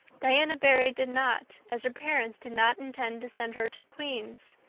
diana barry did not, as her parents did not intend to send her to queen's.